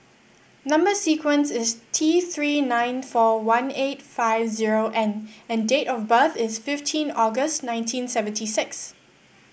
number sequence is T Three nine four one eight five zero N and date of birth is fifteen August nineteen seventy six